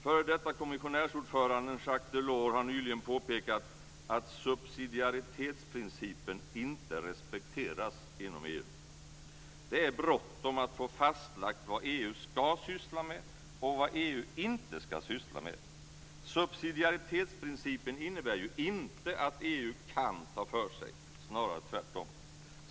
F.d. kommissionärsordföranden Jacques Delors har nyligen påpekat att subsidiaritetsprincipen inte respekteras inom EU. Det är bråttom att få fastlagt vad EU ska syssla med och vad EU inte ska syssla med. Subsidiaritetsprincipen innebär ju inte att EU kan ta för sig, snarare tvärtom.